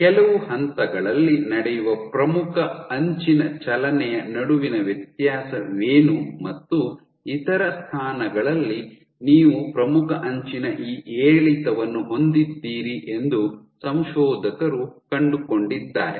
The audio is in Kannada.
ಕೆಲವು ಹಂತಗಳಲ್ಲಿ ನಡೆಯುವ ಪ್ರಮುಖ ಅಂಚಿನ ಚಲನೆಯ ನಡುವಿನ ವ್ಯತ್ಯಾಸವೇನು ಮತ್ತು ಇತರ ಸ್ಥಾನಗಳಲ್ಲಿ ನೀವು ಪ್ರಮುಖ ಅಂಚಿನ ಈ ಏರಿಳಿತವನ್ನು ಹೊಂದಿದ್ದೀರಿ ಎಂದು ಸಂಶೋಧಕರು ಕಂಡುಕೊಂಡಿದ್ದಾರೆ